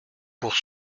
pour